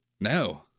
No